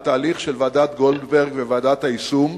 מהתהליך של ועדת-גולדברג וועדת היישום.